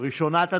ראשונת הדוברים,